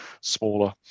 smaller